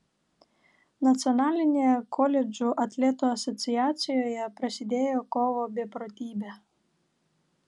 nacionalinėje koledžų atletų asociacijoje prasidėjo kovo beprotybė